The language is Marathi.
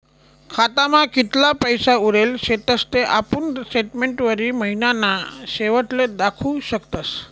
खातामा कितला पैसा उरेल शेतस ते आपुन स्टेटमेंटवरी महिनाना शेवटले दखु शकतस